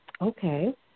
Okay